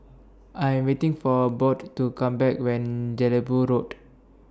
I Am waiting For Bode to Come Back when Jelebu Road